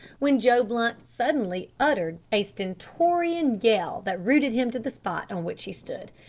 when joe blunt suddenly uttered a stentorian yell that rooted him to the spot on which he stood.